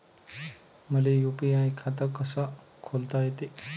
मले यू.पी.आय खातं कस खोलता येते?